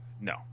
no